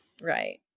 right